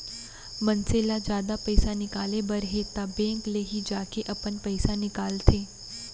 मनसे ल जादा पइसा निकाले बर हे त बेंक ले ही जाके अपन पइसा निकालंथे